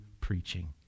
preaching